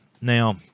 Now